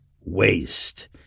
WASTE